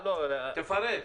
תפרט.